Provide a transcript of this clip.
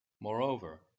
Moreover